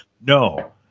No